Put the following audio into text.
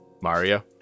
Mario